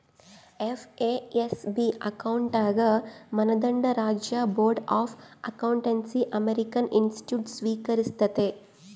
FASB accounting ಮಾನದಂಡ ರಾಜ್ಯ board of accountancy American institutes ಸ್ವೀಕರಿಸ್ತತೆ